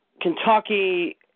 Kentucky